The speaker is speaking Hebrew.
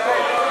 נתקבל.